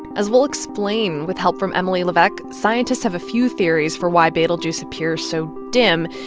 as we'll explain with help from emily levesque, scientists have a few theories for why betelgeuse appears so dim.